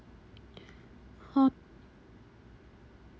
!huh!